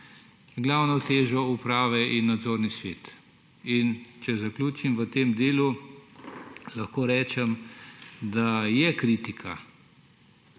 glavno težo uprave in nadzorni svet. In če zaključim v tem delu, lahko rečem, da je kritika, da